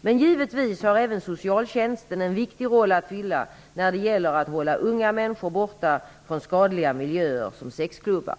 Men givetvis har även socialtjänsten en viktig roll att spela när det gäller att hålla unga människor borta från skadliga miljöer som sexklubbar.